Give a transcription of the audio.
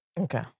Okay